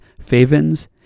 favens